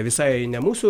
visai ne mūsų